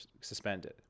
suspended